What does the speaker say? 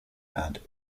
and